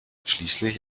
schließlich